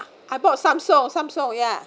I bought samsung samsung ya